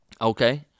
okay